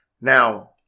Now